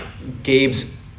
Gabe's